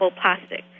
plastic